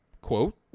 quote